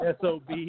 SOB